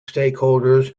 stakeholders